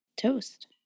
toast